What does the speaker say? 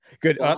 Good